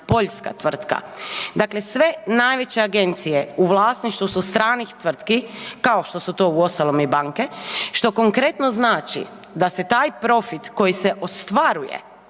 poljska tvrtka. Dakle, sve najveće agencije u vlasništvu su stranih tvrtki kao što su to uostalom i banke što konkretno znači da se taj profit koji se ostvaruje